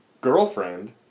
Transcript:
girlfriend